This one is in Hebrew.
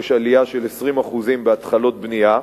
יש עלייה של 20% בהתחלות בנייה.